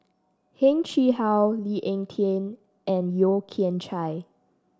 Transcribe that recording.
Heng Chee How Lee Ek Tieng and Yeo Kian Chye